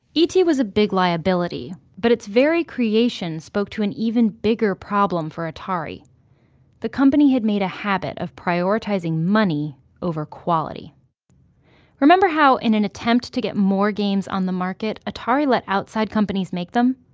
e t. was a big liability, but its very creation spoke to an even bigger problem for atari the company had made a habit of prioritizing money over quality remember how, in an attempt to get more games on the market, atari let outside companies make them?